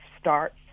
starts